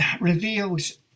reveals